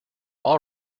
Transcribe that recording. all